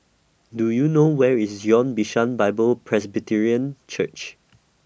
Do YOU know Where IS Zion Bishan Bible Presbyterian Church